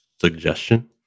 suggestion